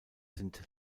sind